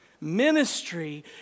ministry